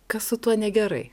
kas su tuo negerai